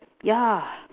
yeah